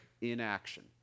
inaction